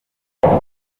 junior